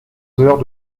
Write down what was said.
heures